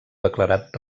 declarat